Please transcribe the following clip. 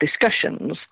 discussions